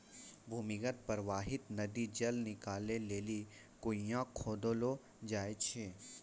भूमीगत परबाहित नदी जल निकालै लेलि कुण्यां खोदलो जाय छै